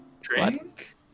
Drink